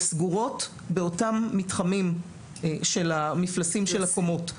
סגורות באותם מתחמים של המפלסים של הקומות.